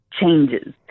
changes